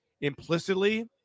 implicitly